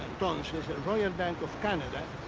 royal bank of canada,